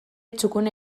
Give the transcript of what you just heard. txukuna